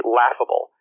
laughable